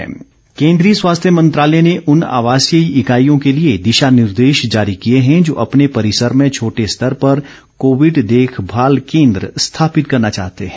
दिशा निर्दे श केन्द्रीय स्वास्थ्य मंत्रालय ने उन आवासीय इकाइयों के लिए दिशा निर्देश जारी किये हैं जो अपने परिसर में छोटे स्तर पर कोविड देखमाल केन्द्र स्थापित करना चाहते हैं